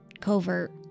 Covert